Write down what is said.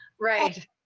Right